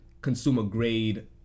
consumer-grade